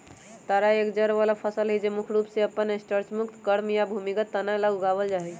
तारा एक जड़ वाला फसल हई जो मुख्य रूप से अपन स्टार्चयुक्त कॉर्म या भूमिगत तना ला उगावल जाहई